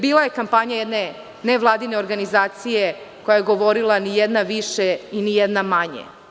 Bila je kampanja jedne nevladine organizacije koja je govorila – ni jedna više, ni jedna manje.